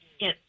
Yes